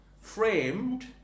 framed